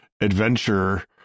adventure